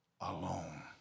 alone